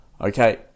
Okay